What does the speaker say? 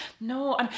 no